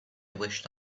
wished